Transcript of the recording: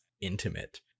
intimate